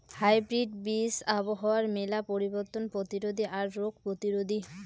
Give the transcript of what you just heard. hybrid বীজ আবহাওয়ার মেলা পরিবর্তন প্রতিরোধী আর রোগ প্রতিরোধী